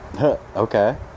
okay